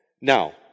Now